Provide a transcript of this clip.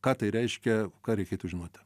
ką tai reiškia ką reikėtų žinoti